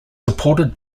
supported